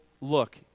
look